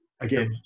again